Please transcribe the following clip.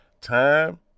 Time